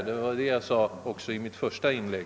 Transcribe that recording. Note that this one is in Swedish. Detta sade jag också i mitt första inlägg.